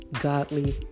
Godly